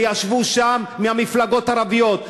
וישבו שם מהמפלגות הערביות,